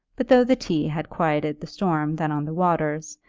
but though the tea had quieted the storm then on the waters,